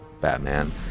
Batman